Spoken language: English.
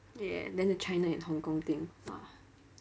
yeah then the china and hong-kong thing !wah!